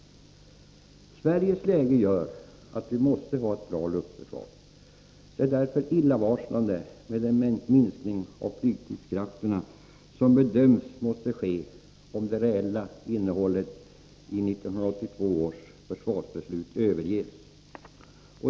Sveriges läge gör att vi måste ha ett bra luftförsvar. Det är därför illavarslande med den minskning av flygstridskrafterna som bedöms måste ske om det reella innehållet i 1982 års försvarsbeslut överges.